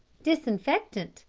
disinfectant,